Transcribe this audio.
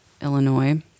Illinois